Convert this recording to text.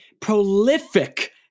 prolific